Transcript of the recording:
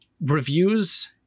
reviews